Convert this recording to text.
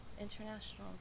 international